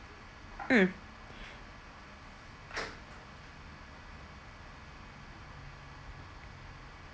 mm